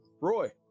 roy